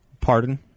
Pardon